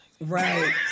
Right